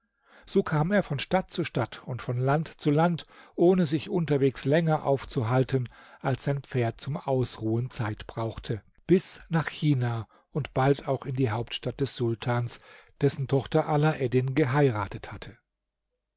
so kam er von stadt zu stadt und von land zu land ohne sich unterwegs länger aufzuhalten als sein pferd zum ausruhen zeit brauchte bis nach china und bald auch in die hauptstadt des sultans dessen tochter alaeddin geheiratet hatte